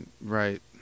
Right